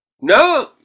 No